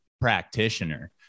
practitioner